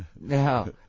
Now